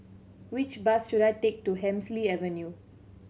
which bus should I take to Hemsley Avenue